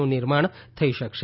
નું નિર્માણ થઇ શકશે